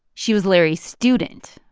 she was larry's student,